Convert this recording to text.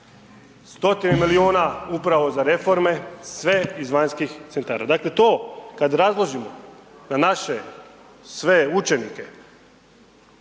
stotine milijuna upravo za reforme, sve iz vanjskih centara, dakle to kad razložimo na naše sve učenike,